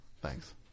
Thanks